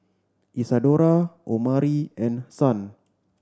Isadora Omari and Son